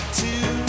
two